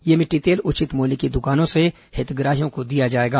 यह मिट्टी तेल उचित मूल्य की दुकानों से हितग्राहियों को दिया जाएगा